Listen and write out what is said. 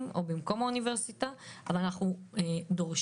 או במקום האוניברסיטה אבל אנחנו דורשים,